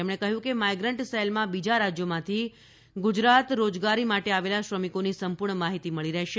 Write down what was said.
તેમણે કહ્યું કે આ માઇગ્રન્ટ સેલમાં બીજા રાજ્યોમાંથી ગુજરાત રોજગારી માટે આવેલા શ્રમિકોની સંપૂર્ણ માહિતી મળી રહેશે